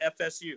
FSU